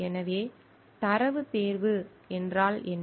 எனவே தரவுத் தேர்வு என்றால் என்ன